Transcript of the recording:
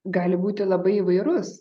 gali būti labai įvairus